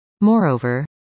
Moreover